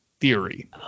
theory